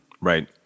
Right